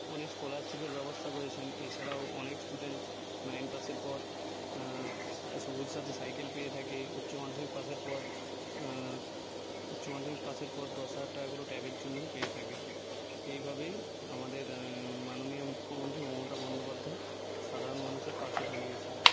অনেক স্কলারশিপের ব্যবস্থা করেছেন এছাড়াও অনেক স্টুডেন্ট নাইন পাসের পর সবুজ সাথী সাইকেল পেয়ে থাকে উচ্চ মাধ্যমিক পাসের পর উচ্চ মাধ্যমিক পাসের পর দশ হাজার টাকা করেও ট্যাবের জন্যও পেয়ে থাকে এইভাবেই আমাদের মাননীয়া মুখ্যমন্ত্রী মমতা বন্দ্যোপাধ্যায় সাধারণ মানুষের পাশে দাঁড়িয়েছেন